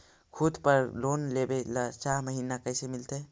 खूत पर लोन लेबे ल चाह महिना कैसे मिलतै?